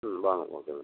ம் வாங்க மேடம்